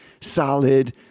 solid